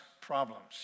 problems